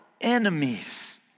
enemies